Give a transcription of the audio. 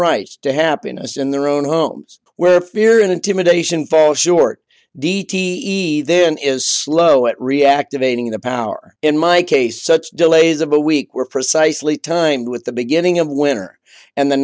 rights to happiness in their own homes where fear and intimidation fall short d t e then is slow at reactivating the power in my case such delays of a week were precisely time with the beginning of winter and the